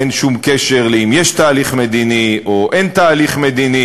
אין שום קשר אם יש תהליך מדיני או אין תהליך מדיני,